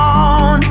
on